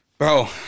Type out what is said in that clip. Bro